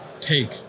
take